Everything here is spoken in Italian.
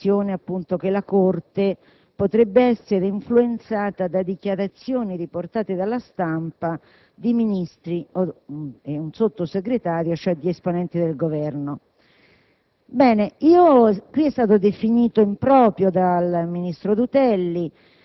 nel merito e nel modo. Nel merito, innanzitutto, considerando che la Corte potrebbe essere influenzata da dichiarazioni, riportate dalla stampa, di Ministri e di Sottosegretari, cioè di esponenti del Governo.